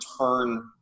turn